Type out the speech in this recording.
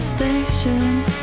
station